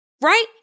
right